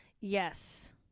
Yes